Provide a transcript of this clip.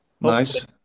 Nice